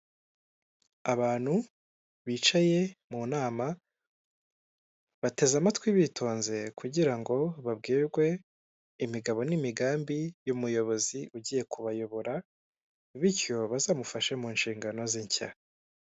Ahantu heza hasukuye by'intangarugero bigaragara ko hafatirwa amafunguro, harimwo intebe nziza ndetse n'ameza, iruhande hari akabati karimo ibikoresho byifashishwa.